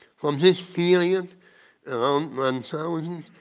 from this period, around one so and